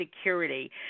security